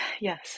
Yes